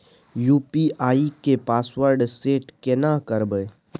UPI के password set केना करबे?